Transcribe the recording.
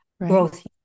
growth